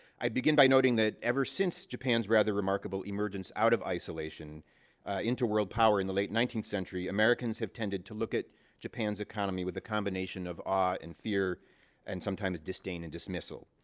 i begin by noting that ever since japan's rather remarkable emergence out of isolation into world power in the late nineteenth century, americans have tended to look at japan's economy with a combination of awe and fear and, sometimes, disdain and dismissal.